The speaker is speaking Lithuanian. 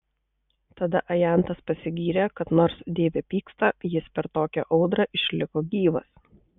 tada ajantas pasigyrė kad nors deivė pyksta jis per tokią audrą išliko gyvas